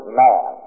man